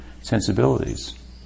sensibilities